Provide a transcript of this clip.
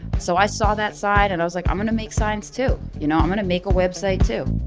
so i saw that sign, and i was like, i'm going to make signs too, you know? i'm going to make a website, too